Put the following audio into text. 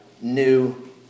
new